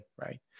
right